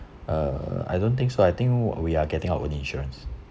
uh I don't think so I think we are getting our own insurance